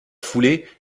foulée